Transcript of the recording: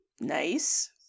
Nice